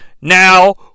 Now